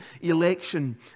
election